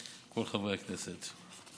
כל חברי הכנסת.